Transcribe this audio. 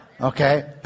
okay